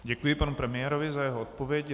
Děkuji panu premiérovi za jeho odpověď.